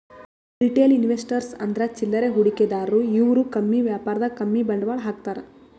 retail investors ಅಂದ್ರ ಚಿಲ್ಲರೆ ಹೂಡಿಕೆದಾರು ಇವ್ರು ಕಮ್ಮಿ ವ್ಯಾಪಾರದಾಗ್ ಕಮ್ಮಿ ಬಂಡವಾಳ್ ಹಾಕ್ತಾರ್